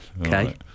Okay